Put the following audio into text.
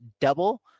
double